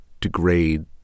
degrade